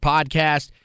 Podcast